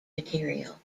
material